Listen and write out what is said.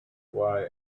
why